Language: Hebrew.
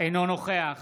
אינו נוכח